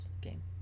game